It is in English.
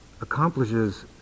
accomplishes